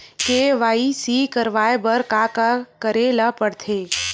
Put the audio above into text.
KYC करवाय बर का का करे ल पड़थे?